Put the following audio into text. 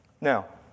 Now